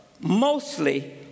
mostly